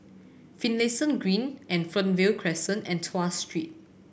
Finlayson Green and Fernvale Crescent and Tuas Street